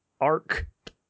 arc